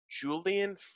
Julian